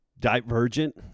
Divergent